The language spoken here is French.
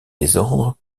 désordre